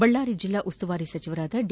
ಬಳ್ಳಾರಿ ಜಿಲ್ಲಾ ಉಸ್ತುವಾರಿ ಸಚಿವರಾದ ಡಿ